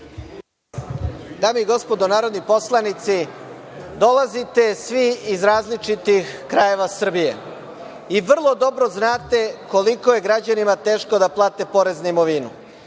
Dame i gospodo narodni poslanici, dolazite svi iz različitih krajeva Srbije i vrlo dobro znate koliko je građanima teško da plate porez na imovinu.